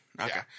Okay